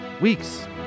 weeks